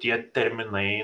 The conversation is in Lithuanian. tie terminai